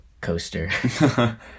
coaster